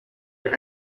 your